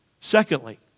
Secondly